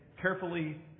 carefully